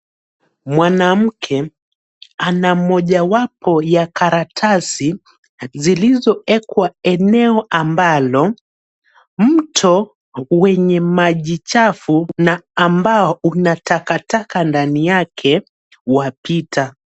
mwanamke ana mojawapo ya karatasi zilizoekwa eneo ambalo mto wenye maji chafu na ambao una takataka ndani yake wapita.